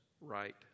right